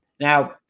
Now